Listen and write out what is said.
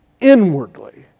inwardly